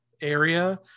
area